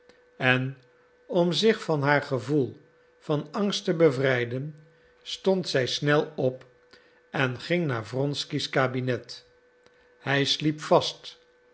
en om zich van haar gevoel van angst te bevrijden stond zij snel op en ging naar wronsky's kabinet hij sliep vast